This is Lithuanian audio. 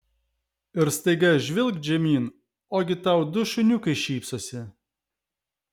ir staiga žvilgt žemyn ogi tau du šuniukai šypsosi